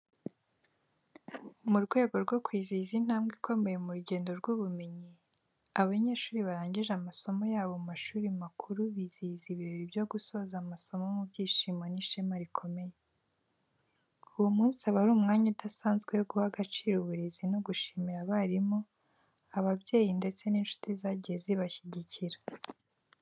Mu rwego rwo kwizihiza intambwe ikomeye mu rugendo rw’ubumenyi, abanyeshuri barangije amasomo yabo mu mashuri makuru bizihiza ibirori byo gusoza amasomo mu byishimo n'ishema rikomeye. Uwo munsi uba ari umwanya udasanzwe wo guha agaciro uburezi no gushimira abarimu, ababyeyi ndetse n’inshuti zagiye zibashyigikira.